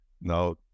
now